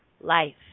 life